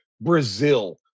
Brazil